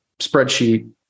spreadsheet